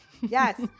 yes